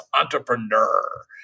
entrepreneur